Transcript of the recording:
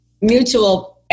mutual